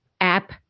app